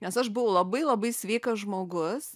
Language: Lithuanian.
nes aš buvau labai labai sveikas žmogus